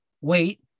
wait